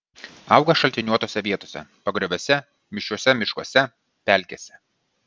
auga šaltiniuotose vietose pagrioviuose mišriuose miškuose pelkėse